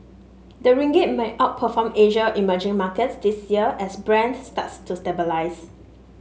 the ringgit may outperform Asia emerging markets this year as Brent starts to stabilise